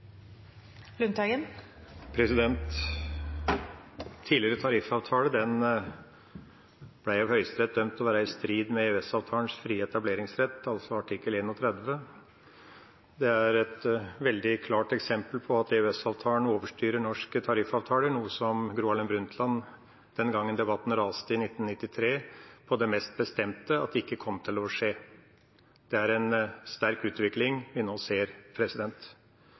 Tidligere tariffavtale ble i Høyesterett dømt til å være i strid med EØS-avtalens frie etableringsrett, altså artikkel 31. Det er et veldig klart eksempel på at EØS-avtalen overstyrer norske tariffavtaler, noe som Gro Harlem Brundtland den gangen debatten raste i 1993, på det mest bestemte sa at ikke kom til å skje. Det er en sterk utvikling vi nå ser.